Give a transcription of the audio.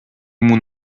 ему